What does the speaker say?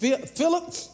Philip